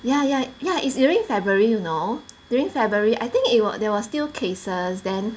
ya ya ya it's during february you know during february I think it was there was still cases then